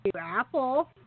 Apple